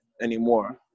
anymore